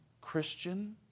Christian